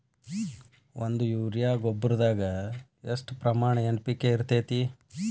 ಒಂದು ಯೂರಿಯಾ ಗೊಬ್ಬರದಾಗ್ ಎಷ್ಟ ಪ್ರಮಾಣ ಎನ್.ಪಿ.ಕೆ ಇರತೇತಿ?